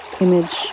image